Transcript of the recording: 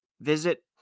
visit